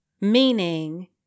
Meaning